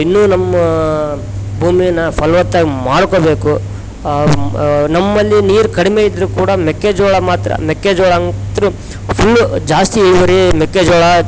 ಇನ್ನು ನಮ್ಮ ಭೂಮಿನ ಫಲವತ್ತಾಗಿ ಮಾಡ್ಕೊಬೇಕು ನಮ್ಮಲ್ಲಿ ನೀರು ಕಡಿಮೆ ಇದ್ದರು ಕೂಡ ಮೆಕ್ಕೆಜೋಳ ಮಾತ್ರ ಮೆಕ್ಕೆಜೋಳ ಅಂತು ಫುಲ್ಲು ಜಾಸ್ತಿ ಇಳುವರಿ ಮೆಕ್ಕೆಜೋಳ